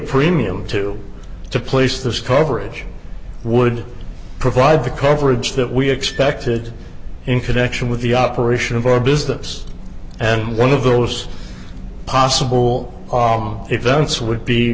premium to to place this coverage would provide the coverage that we expected in connection with the operation of our business and one of those possible events would be